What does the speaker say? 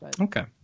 okay